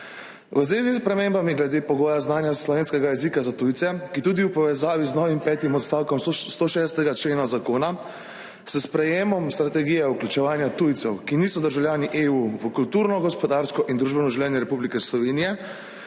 zvezi s spremembami glede pogoja znanja slovenskega jezika za tujce. V povezavi z novim petim odstavkom 106. člena zakona in sprejetjem Strategije vključevanja tujcev, ki niso državljani EU, v kulturno, gospodarsko in družbeno življenje Republike Slovenije